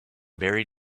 very